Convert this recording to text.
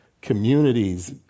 communities